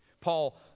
Paul